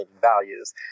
values